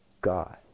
God